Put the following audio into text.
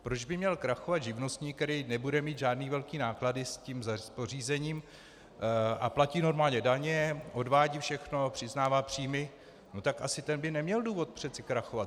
Proč by měl krachovat živnostník, který nebude mít žádné velké náklady s tím pořízením a platí normálně daně, odvádí všechno, přiznává příjmy, no tak asi ten by neměl důvod přeci krachovat.